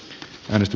risto